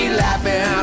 laughing